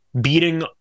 beating